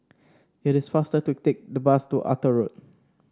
it is faster to take the bus to Arthur Road